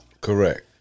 Correct